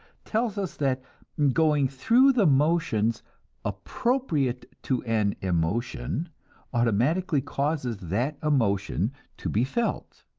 tells us that going through the motions appropriate to an emotion automatically causes that emotion to be felt.